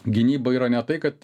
gynybą yra ne tai kad